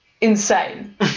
Insane